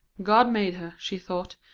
god made her, she thought,